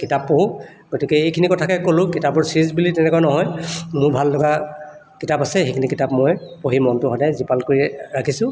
কিতাপ পঢ়োঁ গতিকে এইখিনি কথাকেই ক'লোঁ কিতাপৰ চিৰিজ বুলি তেনেকুৱা নহয় মোৰ ভাললগা কিতাপ আছে সেইখিনি কিতাপ মই পঢ়ি মনটো সদায় জীপাল কৰি ৰাখিছোঁ